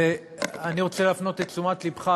ואני רוצה להפנות את תשומת לבך,